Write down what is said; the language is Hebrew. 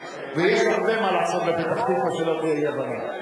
ויש הרבה מה לעשות בפתח-תקווה, שלא תהיה אי-הבנה.